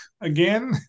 again